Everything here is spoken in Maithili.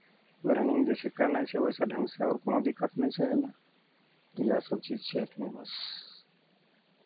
रनिंग जे छै करनाइ छै ओहिसँ ढङ्गसँ आओर कोनो दिक्कत नहि छै एहिमे तऽ इएहसभ चीज छै एहिमे बस